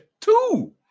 Two